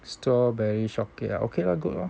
strawberry shortcake ah okay lah good lor